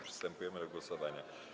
Przystępujemy do głosowania.